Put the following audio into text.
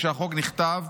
כשהחוק נכתב,